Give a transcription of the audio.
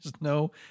no